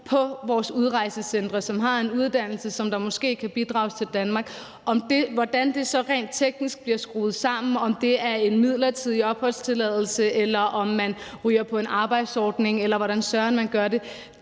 på vores udrejsecentre, som har en uddannelse, og som måske kan bidrage til Danmark. Hvordan det så rent teknisk bliver skruet sammen – om det er en midlertidig opholdstilladelse, eller om man ryger på en arbejdsordning, eller hvordan søren man gør det